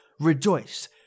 rejoiced